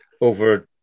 over